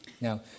Now